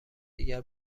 دیگر